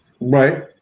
Right